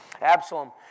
Absalom